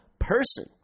person